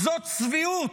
זאת צביעות.